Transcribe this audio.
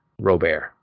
Robert